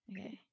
Okay